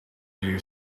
you